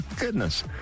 goodness